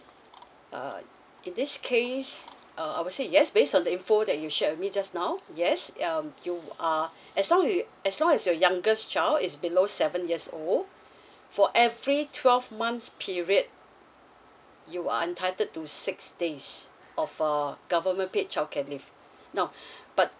uh in this case uh I would say yes based on the info that you shared with me just now yes um you are as long as you as long as your youngest child is below seven years old for every twelve months period you are entitled to six days of um government paid childcare leave now but